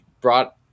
brought